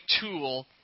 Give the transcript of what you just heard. tool